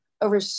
over